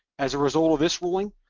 as a result of this ruling,